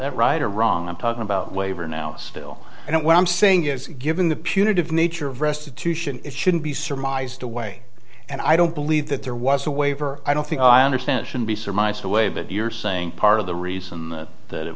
that right or wrong i'm talking about waiver now still i don't what i'm saying is given the punitive nature of restitution it shouldn't be surmised away and i don't believe that there was a waiver i don't think i understand should be surmised away but you're saying part of the reason that